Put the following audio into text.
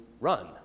run